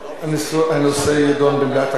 הנושא יידון במליאת הכנסת.